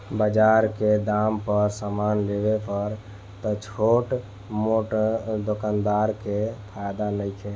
बजार के दाम पर समान लेवे पर त छोट मोट दोकानदार के फायदा नइखे